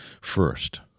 first